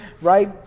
right